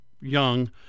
young